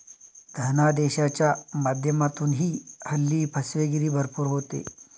धनादेशाच्या माध्यमातूनही हल्ली फसवेगिरी भरपूर होते